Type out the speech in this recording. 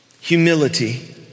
humility